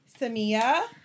Samia